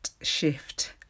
shift